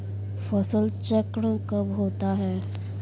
फसल चक्रण कब होता है?